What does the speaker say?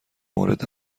مورد